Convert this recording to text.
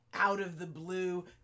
out-of-the-blue